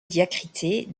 diacritée